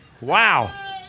Wow